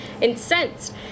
incensed